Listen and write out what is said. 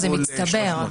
זה מצטבר.